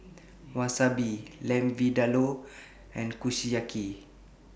Wasabi Lamb Vindaloo and Kushiyaki